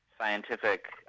scientific